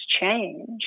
change